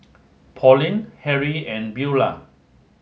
Pauline Harry and Beula